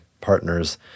partners